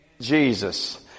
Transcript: Jesus